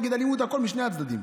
נגד אלימות משני הצדדים,